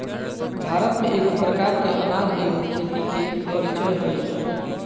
भारत में एगो प्रकार के अनाज एगो खेती के परीचय हइ